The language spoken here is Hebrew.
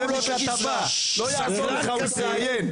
לא יעזור לך, הוא התראיין.